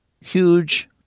Huge